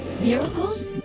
Miracles